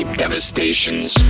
devastations